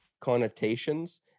connotations